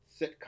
sitcom